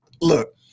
look